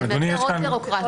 עוד פרוצדורה.